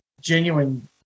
genuine